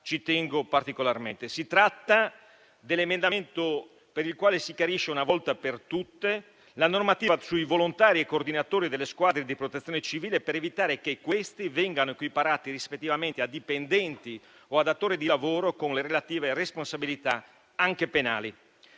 tengo particolarmente. Si tratta dell'emendamento con il quale si chiarisce una volta per tutte la normativa sui volontari e coordinatori delle squadre di protezione civile per evitare che questi vengano equiparati, rispettivamente, a dipendenti o a datori di lavoro con le relative responsabilità, anche penali.